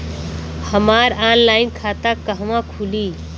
हमार ऑनलाइन खाता कहवा खुली?